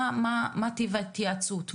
מה טיב ההתייעצות.